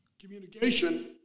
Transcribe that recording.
communication